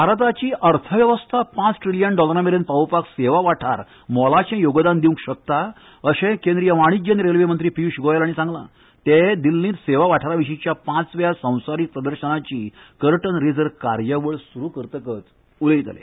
भारताची अर्थवेवस्था पांच ट्रिलीयन डॉलरा मेरेन पावोवपाक सेवा वाठार मोलाचें योगदान दिवंक शकता अशें केंद्रीय वाणिज्य आनी रेल्वे मंत्री पियुष गोएल हांणी सांगलां ते दिल्लींत सेवा वाठारा विशींच्या पांचव्या संवसारीक प्रदर्शनाची कर्टन रेजर कार्यावळ सुरू करतकच उलयताले